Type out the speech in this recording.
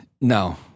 No